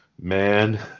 man